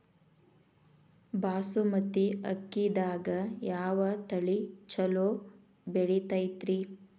ಬಾಸುಮತಿ ಅಕ್ಕಿದಾಗ ಯಾವ ತಳಿ ಛಲೋ ಬೆಳಿತೈತಿ?